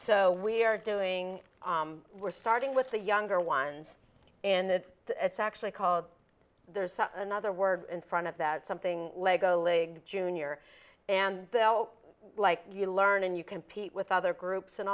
so we're doing we're starting with the younger ones and it's actually called there's another word in front of that something lego league junior and like you learn and you compete with other groups and